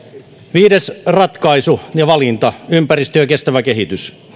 viides ratkaisu ja valinta on ympäristö ja kestävä kehitys